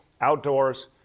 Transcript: outdoors